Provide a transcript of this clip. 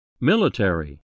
Military